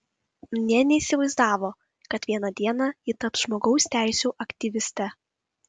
nė neįsivaizdavo kad vieną dieną ji taps žmogaus teisių aktyviste